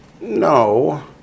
no